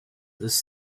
this